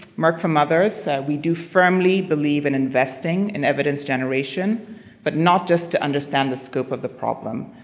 merck for mothers, we do firmly believe in investing in evidence generation but not just to understand the scope of the problem,